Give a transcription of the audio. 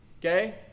Okay